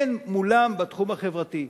ואין מולם בתחום החברתי.